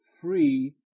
free